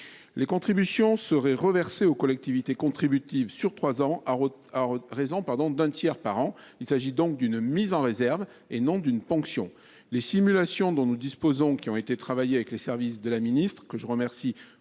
Les contributions seraient reversées aux collectivités contributives pendant trois ans, à raison d’un tiers par an. Il s’agit donc d’une mise en réserve, et non d’une ponction. Les simulations dont nous disposons – nous les avons élaborées avec les services de la ministre, que je remercie